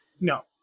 No